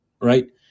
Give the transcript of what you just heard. right